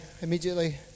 immediately